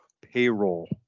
payroll